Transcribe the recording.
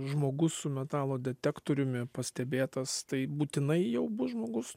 žmogus su metalo detektoriumi pastebėtas tai būtinai jau bus žmogus